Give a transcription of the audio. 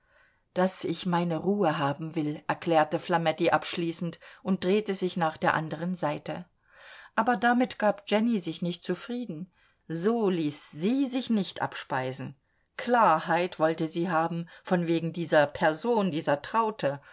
daß ich meine ruhe haben will erklärte flametti abschließend und drehte sich nach der anderen seite aber damit gab jenny sich nicht zufrieden so ließ sie sich nicht abspeisen klarheit wollte sie haben von wegen dieser person dieser traute